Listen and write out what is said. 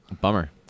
Bummer